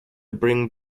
bring